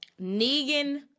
Negan